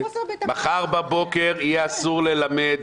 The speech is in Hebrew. מחר בבוקר אסור יהיה ללמד